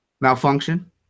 malfunction